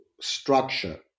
structure